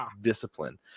discipline